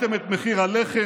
רק לפני כמה שבועות,